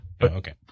Okay